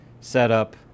setup